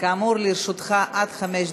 כאמור, לרשותך עד חמש דקות.